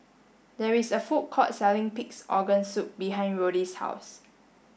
there is a food court selling pig's organ soup behind Roddy's house